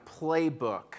playbook